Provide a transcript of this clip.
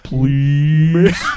Please